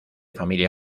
familia